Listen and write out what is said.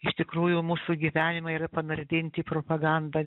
iš tikrųjų mūsų gyvenimai yra panardinti į propagandą